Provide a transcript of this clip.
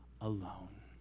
alone